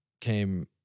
came